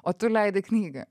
o tu leidai knygą